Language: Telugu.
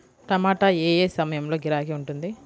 టమాటా ఏ ఏ సమయంలో గిరాకీ ఉంటుంది?